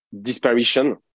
disparition